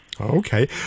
Okay